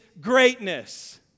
greatness